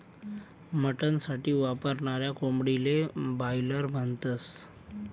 mutton साठी वापरनाऱ्या कोंबडीले बायलर म्हणतस